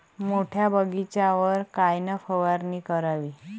मोठ्या बगीचावर कायन फवारनी करावी?